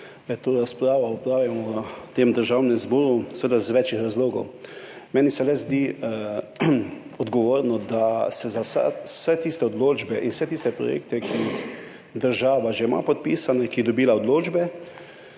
da to razpravo opravimo v Državnem zboru, seveda iz več razlogov. Meni se le zdi odgovorno, da vse tiste odločbe in vse tiste projekte, ki jih država že ima podpisane, kjer je dobila odločbe,